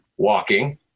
walking